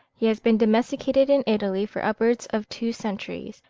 he has been domesticated in italy for upwards of two centuries,